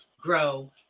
grow